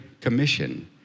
Commission